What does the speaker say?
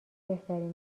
بهترین